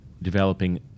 Developing